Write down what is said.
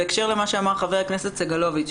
בהקשר למה שאמר חבר הכנסת סגלוביץ.